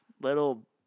little